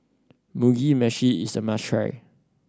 Mugi Meshi is a must try